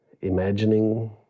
imagining